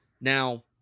Now